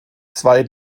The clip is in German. zwei